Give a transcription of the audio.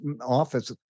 office